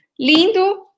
lindo